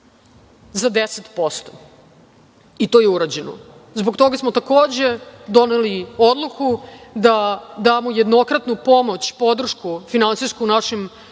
za 10%, i to je urađeno. Zbog toga smo, takođe, doneli odluku da damo jednokratnu pomoć, podršku, finansijsku, našim